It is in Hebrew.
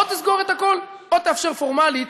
או תסגור את הכול או תאפשר פורמלית,